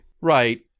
Right